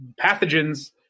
Pathogens